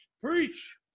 Preach